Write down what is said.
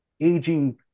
aging